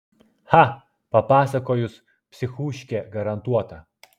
cha papasakojus psichuškė garantuota